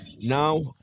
now